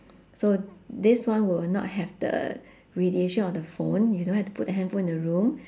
so this one will not have the radiation of the phone you don't have to put the handphone in the room